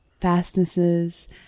fastnesses